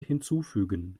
hinzufügen